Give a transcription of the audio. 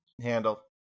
handle